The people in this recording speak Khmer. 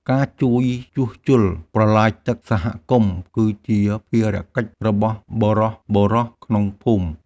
ការជួយជួសជុលប្រឡាយទឹកសហគមន៍ គឺជាភារកិច្ចរបស់បុរសៗក្នុងភូមិ។